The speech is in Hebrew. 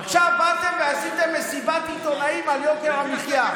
עכשיו באתם ועשיתם מסיבת עיתונאים על יוקר המחיה.